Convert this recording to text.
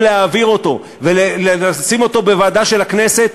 להעביר אותו ולשים אותו בוועדה של הכנסת,